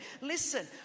Listen